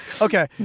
Okay